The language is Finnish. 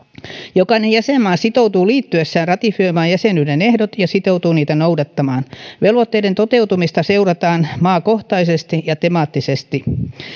jokainen jäsenmaa sitoutuu liittyessään ratifioimaan jäsenyyden ehdot ja sitoutuu niitä noudattamaan velvoitteiden toteutumista seurataan maakohtaisesti ja temaattisesti